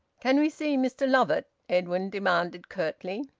can we see mr lovatt? edwin demanded curtly.